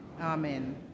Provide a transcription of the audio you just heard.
amen